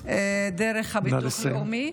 דרך הביטוח הלאומי.